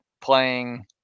playing